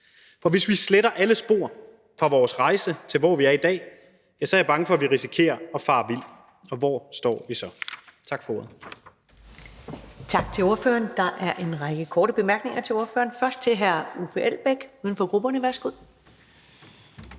For hvis vi sletter alle spor fra vores rejse til, hvor vi er i dag, så er jeg bange for, at vi risikerer at fare vild, og hvor står vi så? Tak for ordet.